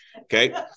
Okay